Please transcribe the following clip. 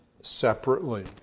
separately